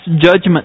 judgment